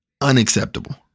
Unacceptable